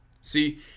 See